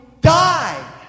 die